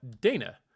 Dana